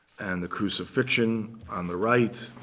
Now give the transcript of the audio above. and the crucifixion on the right.